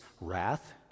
wrath